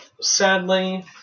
sadly